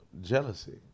jealousy